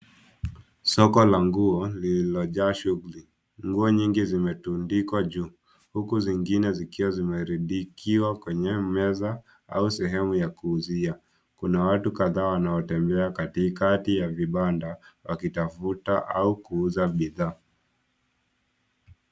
Soko la nguo lililojaa shuguli, nguo nyingi zimetundikwa juu, huku zingine zikiwa zimerundikwa kwenye meza au sehemu ya kuuzia, kuna watu kadhaa wanaotembea katikati ya vibada wakitafuta au kuuza bidhaa.